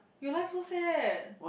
you life so sad